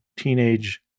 teenage